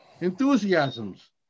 Enthusiasms